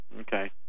Okay